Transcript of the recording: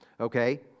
okay